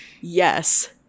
Yes